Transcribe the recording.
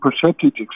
percentage